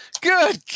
good